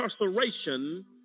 incarceration